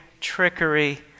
trickery